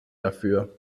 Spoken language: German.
dafür